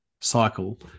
cycle